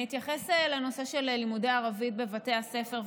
אני אתייחס לנושא של לימוד ערבית בבתי הספר.